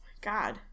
god